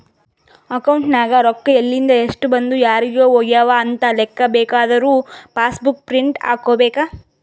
account ನಾಗ್ ರೊಕ್ಕಾ ಎಲಿಂದ್, ಎಸ್ಟ್ ಬಂದು ಯಾರಿಗ್ ಹೋಗ್ಯವ ಅಂತ್ ಲೆಕ್ಕಾ ಬೇಕಾದುರ ಪಾಸ್ ಬುಕ್ ಪ್ರಿಂಟ್ ಹಾಕೋಬೇಕ್